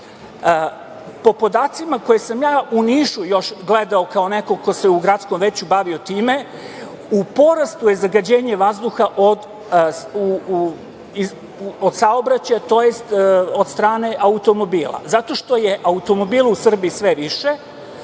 Po podacima koje sam još u Nišu gledao kao neko ko se u gradskom veću bavio time, u porastu je zagađenje vazduha od saobraćaja, tj. od strane automobila, zato što je automobila u Srbiji sve više.